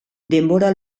denbora